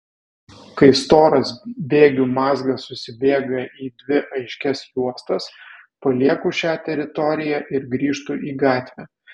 kai storas bėgių mazgas susibėga į dvi aiškias juostas palieku šią teritoriją ir grįžtu į gatvę